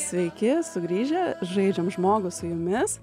sveiki sugrįžę žaidžiam žmogų su jumis